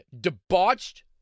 debauched